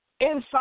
inside